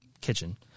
kitchen